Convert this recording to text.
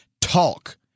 TALK